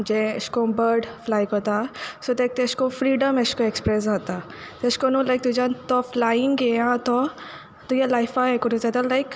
जे एशे कोन्न bird fly कोत्ता सो ते तेशे कोन्न फ्रिडम एशें कोन्न एक्स्प्रेस जाता तेशें कोन्न लायक तुज्यान तो फ्लायींग हें आसा तो तुगे लायफा हें करूं जाता लायक